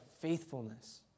faithfulness